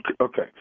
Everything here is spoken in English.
Okay